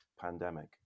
pandemic